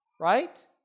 right